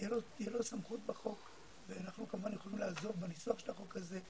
תהיה לו סמכות בחוק ואנחנו כמובן יכולים לעזור בניסוח של החוק הזה.